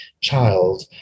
child